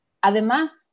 Además